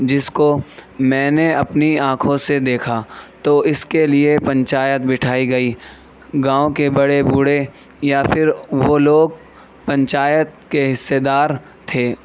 جس کو میں نے اپنی آنکھوں سے دیکھا تو اس کے لیے پنجایت بیٹھائی گئی گاؤں کے بڑے بوڑھے یا پھر وہ لوگ پنچایت کے حصے دار تھے